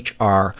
HR